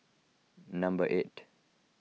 number eight